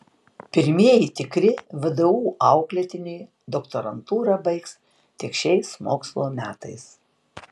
pirmieji tikri vdu auklėtiniai doktorantūrą baigs tik šiais mokslo metais